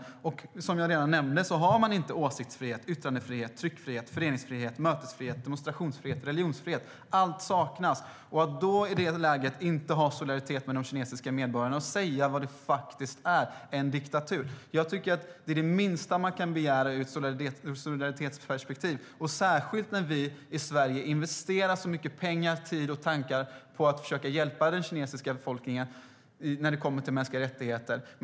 Som jag redan nämnt har man inte åsiktsfrihet, yttrandefrihet, tryckfrihet, föreningsfrihet, mötesfrihet, demonstrationsfrihet eller religionsfrihet. Allt saknas. Att i det läget visa solidaritet med de kinesiska medborgarna och säga vad landet faktiskt är, nämligen en diktatur, tycker jag är det minsta man kan begära ur ett solidaritetsperspektiv - särskilt när vi i Sverige investerar så mycket pengar, tid och tankar i att försöka hjälpa den kinesiska befolkningen när det kommer till mänskliga rättigheter.